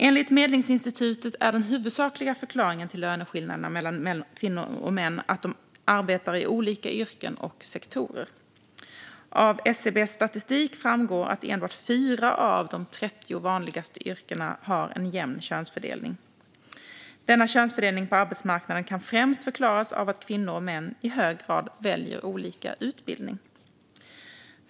Enligt Medlingsinstitutet är den huvudsakliga förklaringen till löneskillnaden mellan kvinnor och män att de arbetar i olika yrken och sektorer. Av SCB:s statistik framgår att enbart fyra av de 30 vanligaste yrkena har en jämn könsfördelning. Denna könsfördelning på arbetsmarknaden kan främst förklaras av att kvinnor och män i hög grad väljer olika utbildning.